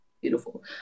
Beautiful